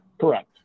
correct